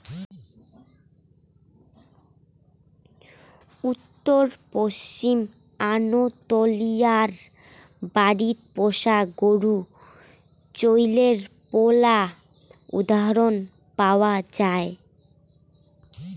উত্তর পশ্চিম আনাতোলিয়ায় বাড়িত পোষা গরু চইলের পৈলা উদাহরণ পাওয়া যায়